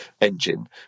engine